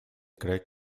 cree